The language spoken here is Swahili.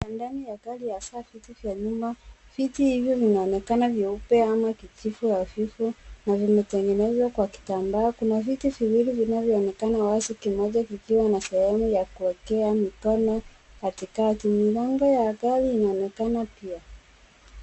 Ndani ya gari hasa viti vya nyuma. Viti hivyo vinaonekana nyuepe ama kijivu hafifu na vimetengenezwa kwa kitambaa. Kuna viti viwili vinavyoonekana wazi kimoja kikiwa na sehemu ya kuekea mikono katikati. Mlango ya gari inaonekana pia.